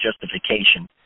justification